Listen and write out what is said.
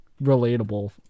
relatable